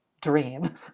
dream